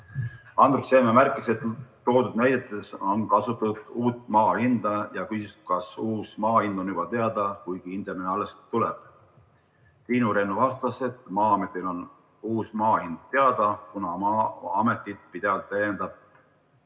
Andrus Seeme märkis, et toodud näidetes on kasutatud uut maahinda, ja küsis, kas uus maahind on juba teada, kuigi hindamine alles tuleb. Triinu Rennu vastas, et Maa-ametil on uus maahind teada, kuna Maa-amet pidevalt täiendab